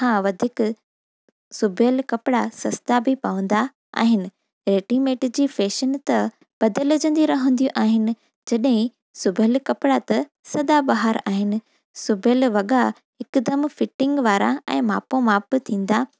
खां वधीक सिबियलु कपिड़ा सस्ता बि पवंदा आहिनि रेडीमेड जी फैशन त बदिलजंदी रहंदियूं आहिनि जॾहिं सिबियलु कपिड़ा त सदा बाहारु आहिनि सुभियल वॻा हिकदमु फिटिंग वारा ऐं मापो माप थींदा